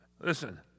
listen